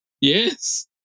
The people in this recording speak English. Yes